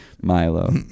Milo